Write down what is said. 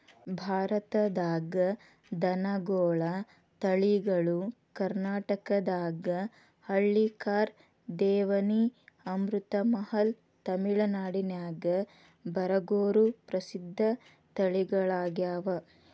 ಭಾರತದಾಗ ದನಗೋಳ ತಳಿಗಳು ಕರ್ನಾಟಕದಾಗ ಹಳ್ಳಿಕಾರ್, ದೇವನಿ, ಅಮೃತಮಹಲ್, ತಮಿಳನಾಡಿನ್ಯಾಗ ಬರಗೂರು ಪ್ರಸಿದ್ಧ ತಳಿಗಳಗ್ಯಾವ